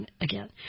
again